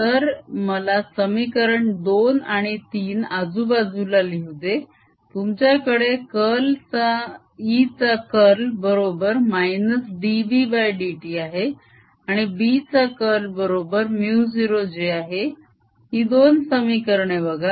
तर मला समीकरण दोन आणि तीन आजूबाजूला लिहू दे तुमच्या कडे E चा कर्ल बरोबर -dBdt आहे आणि B चा कर्ल बरोबर μ0j आहे ही दोन समीकरणे बघा